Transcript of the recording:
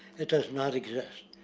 it does not exist.